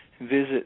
visit